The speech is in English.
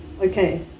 Okay